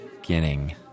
beginning